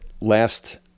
last